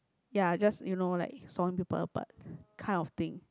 ya just you know like sawing people apart kind of thing